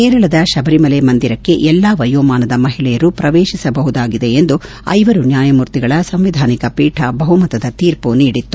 ಕೇರಳದ ಶಬರಿಮಲೆ ಮಂದಿರಕ್ಷೆ ಎಲ್ಲಾ ವಯೋಮಾನದ ಮಹಿಳೆಯರು ಪ್ರವೇತಿಸಬಹುದಾಗಿದೆ ಎಂದು ಐವರು ನ್ನಾಯಮೂರ್ತಿಗಳ ಸಂವಿಧಾನಿಕ ಪೀಠ ಬಹುಮತದ ತೀರ್ಮ ನೀಡಿತ್ತು